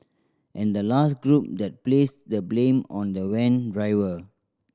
and the last group that placed the blame on the van driver